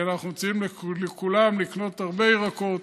אנחנו מציעים לכולם לקנות הרבה ירקות,